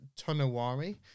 Tonawari